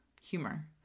humor